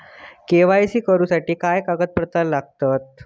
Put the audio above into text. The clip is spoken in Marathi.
के.वाय.सी करूच्यासाठी काय कागदपत्रा लागतत?